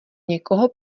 někoho